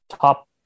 top